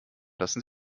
lassen